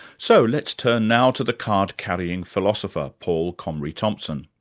so let's turn now to the card-carrying philosopher, paul comrie thompson.